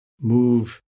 move